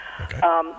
Okay